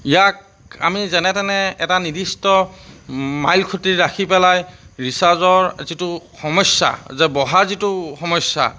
ইয়াক আমি যেনে তেনে এটা নিৰ্দিষ্ট মাইল খুঁটি ৰাখি পেলাই ৰিচাৰ্জৰ যিটো সমস্যা যে বঢ়াৰ যিটো সমস্যা